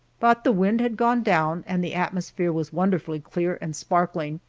but the wind had gone down and the atmosphere was wonderfully clear, and sparkling,